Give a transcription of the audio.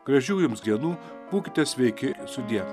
gražių jums dienų būkite sveiki ir sudie